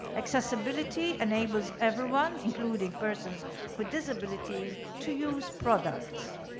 accessibility enables everyone, including persons with disabilities to use products.